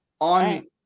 on